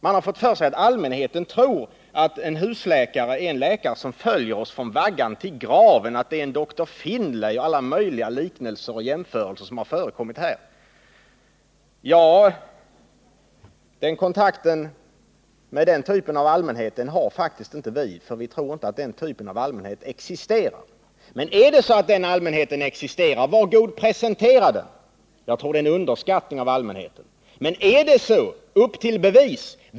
De har fått för sig att allmänheten tror att en husläkare följer oss från vaggan till graven; det är en Dr. Finlay eller någon av de andra som det här gjorts jämförelser med. Kontakt med den typen av allmänhet har faktiskt inte vi. Vi tror inte den typen av allmänhet existerar. Men är det så, var god presentera den! Jag tror att man underskattar allmänheten, men har jag fel, upp till bevis!